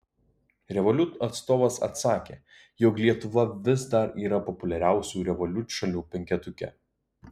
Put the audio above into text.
revolut atstovas atsakė jog lietuva vis dar yra populiariausių revolut šalių penketuke